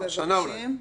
עוד חמש שנים אחרי.